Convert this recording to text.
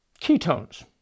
Ketones